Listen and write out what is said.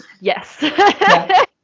yes